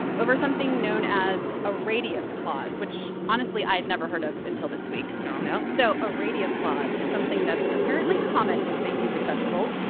over something known as a radius clause, which, honestly, i had never heard of until this week no no so a radius clause is something that's apparently common with big music festivals.